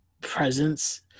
presence